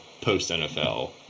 post-NFL